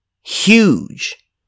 Huge